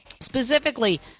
Specifically